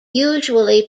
usually